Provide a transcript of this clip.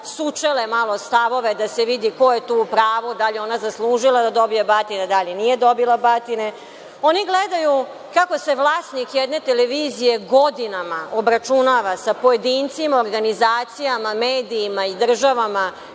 sučele malo stavove, da se vidi ko je tu u pravu, da li je ona zaslužila da dobije batine, da li nije dobila batine, oni gledaju kako se vlasnik jedne televizije godinama obračunava sa pojedincima, organizacijama, medijima i državama